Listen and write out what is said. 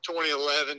2011